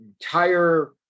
entire